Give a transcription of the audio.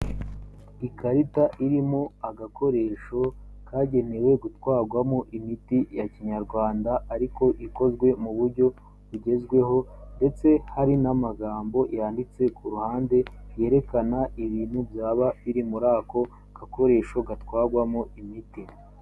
Ikarita irimo agakoresho kagenewe gutwarwamo imiti ya kinyarwanda, ariko ikozwe mu buryo bugezweho, ndetse hari n'amagambo yanditse ku ruhande, yerekana ibintu byaba biri muri ako gakoresho gatwarwamo imiti.